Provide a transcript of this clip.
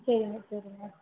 சரிங்க சரிங்க